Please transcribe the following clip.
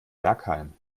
bergheim